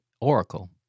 Oracle